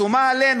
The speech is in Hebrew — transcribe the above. שומה עלינו,